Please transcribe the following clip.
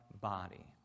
body